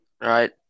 Right